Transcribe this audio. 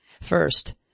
First